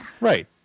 Right